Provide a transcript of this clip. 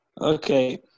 Okay